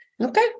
Okay